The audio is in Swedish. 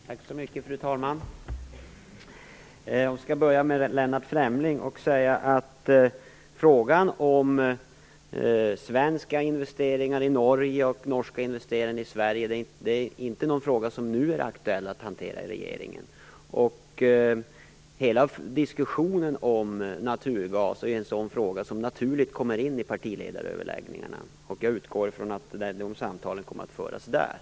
Fru talman! Tack så mycket för det. Jag skall börja med Lennart Fremlings fråga. Det är inte nu aktuellt för regeringen att hantera frågan om svenska investeringar i Norge och norska investeringar i Sverige. Hela diskussionen om naturgas är en fråga som kommer in naturligt i partiledaröverläggningarna. Jag utgår från att de samtalen kommer att föras där.